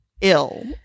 ill